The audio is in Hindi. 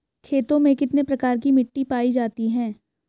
खेतों में कितने प्रकार की मिटी पायी जाती हैं?